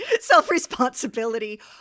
self-responsibility